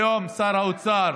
היום שר האוצר